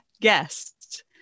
guest